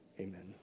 amen